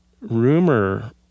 rumor